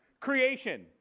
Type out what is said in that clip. Creation